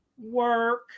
work